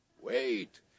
wait